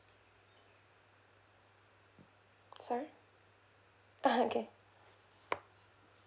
sorry ah okay